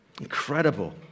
Incredible